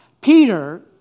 Peter